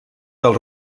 del